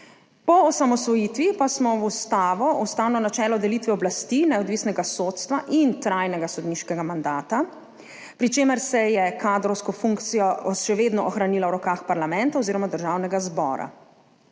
Po osamosvojitvi pa smo v ustavo, ustavno načelo delitve oblasti, neodvisnega sodstva in trajnega sodniškega mandata, pri čemer se je kadrovska funkcija še vedno ohranila v rokah parlamenta oziroma Državnega zbora.